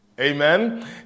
Amen